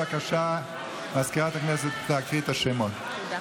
הכנסת, בבקשה, לקרוא בשמות חברי הכנסת.